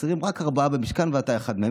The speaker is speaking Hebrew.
חסרים רק ארבעה במשכן, ואתה אחד מהם.